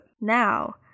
Now